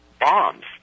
bombs